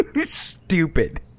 Stupid